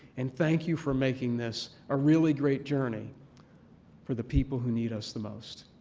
and thank you for making this a really great journey for the people who need us the most.